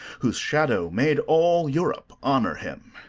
whose shadow made all europe honour him.